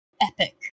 epic